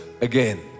again